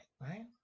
right